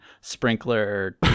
sprinkler